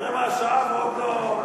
תראה מה השעה ועוד לא,